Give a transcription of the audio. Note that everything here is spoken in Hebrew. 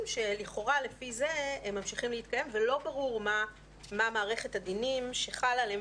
שלכאורה לפי זה הם ממשיכים להתקיים ולא ברור מה מערכת הדינים שחלה עליהם.